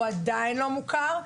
הוא עדיין לא מוכר.